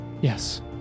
Yes